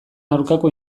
aurkako